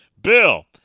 Bill